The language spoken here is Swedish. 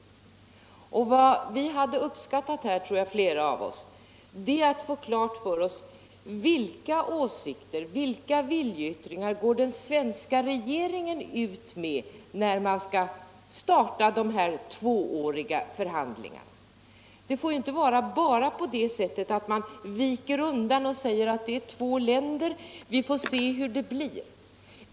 Vad flera av oss här hade uppskattat tror jag hade varit att få klarhet om vilka åsikter och viljeyttringar den svenska regeringen går ut med när den skall starta de tvååriga förhandlingarna. Det får inte vara bara på det sättet, att man viker undan och säger att det är två länder som förhandlar och att vi får se hur det blir.